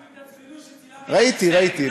הם התעצבנו שצילמתי, ראיתי, ראיתי.